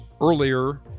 earlier